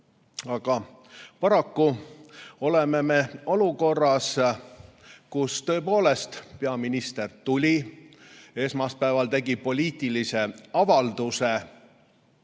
Paraku oleme me olukorras, kus tõepoolest peaminister tuli esmaspäeval ja tegi poliitilise avalduse,